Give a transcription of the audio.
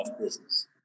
business